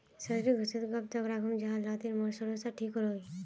सरिस घोरोत कब तक राखुम जाहा लात्तिर मोर सरोसा ठिक रुई?